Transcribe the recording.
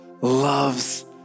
loves